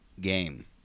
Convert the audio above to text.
game